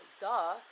duh